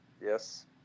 Yes